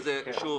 שוב,